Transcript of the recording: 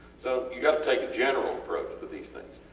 so you got to take a general approach to these things.